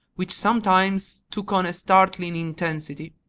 which sometimes took on a startling intensity.